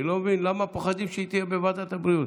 אני לא מבין למה פוחדים שהיא תהיה בוועדת הבריאות.